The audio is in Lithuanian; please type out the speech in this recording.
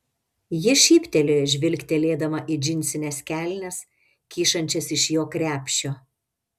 ji šyptelėjo žvilgtelėdama į džinsines kelnes kyšančias iš jo krepšio